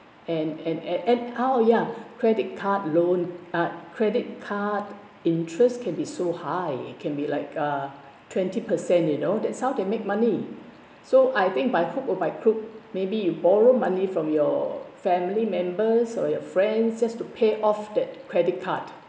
and and and oh ya credit card loan uh credit card interest can be so high it can be like uh twenty percent you know that's how they make money so I think by hook or by crook maybe you borrow money from your family members or your friends just to pay off that credit card